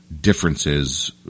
differences